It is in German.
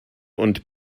und